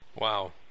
Wow